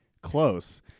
Close